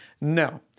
No